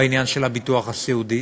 בעניין של הביטוח הסיעודי,